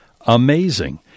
amazing